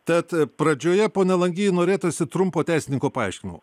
tad pradžioje pone langy norėtųsi trumpo teisininko paaiškinimo